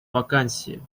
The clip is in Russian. вакансия